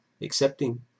accepting